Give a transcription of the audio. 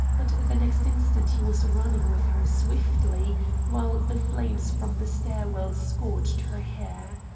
but the next instant he was running with her swiftly while the flames from the stair-well scorched her hair.